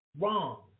Wrong